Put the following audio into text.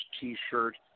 t-shirt